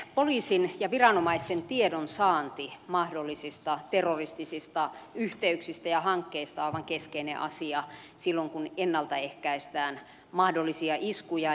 poliisin ja viranomaisten tiedonsaanti mahdollisista terroristisista yhteyksistä ja hankkeista on aivan keskeinen asia silloin kun ennalta ehkäistään mahdollisia iskuja